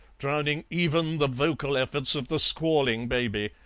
drowning even the vocal efforts of the squalling baby,